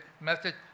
message